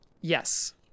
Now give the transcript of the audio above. Yes